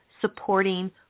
supporting